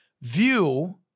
view